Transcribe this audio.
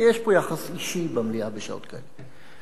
יש פה יחס אישי במליאה בשעות כאלה.